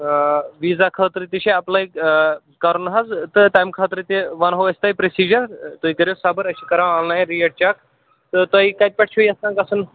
visa خٲطرٕ تہِ چھُ ایٚپلے کٔرُن حظ تہٕ تَمہِ خٲطرٕ تہِ وَنہو أسۍ تُہۍ پرِٛوسیٖجر تُہۍ کٔرِو صبر أسۍ چھِ کٔران آن لایِن ریٚٹ چَک تہٕ تُہۍ کتہِ پیٚٹھٕ چِھوٕ یژھان گَژھُن